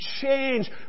change